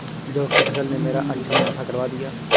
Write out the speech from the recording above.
जौ की फसल ने मेरा अच्छा मुनाफा करवा दिया